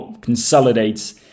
consolidates